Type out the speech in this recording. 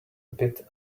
bit